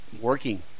working